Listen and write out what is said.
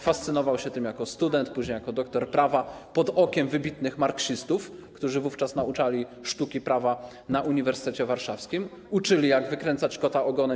Fascynował się tym jako student, później jako doktor prawa, pod okiem wybitnych marksistów, którzy wówczas nauczali sztuki prawa na Uniwersytecie Warszawskim, uczyli, jak wykręcać kota ogonem.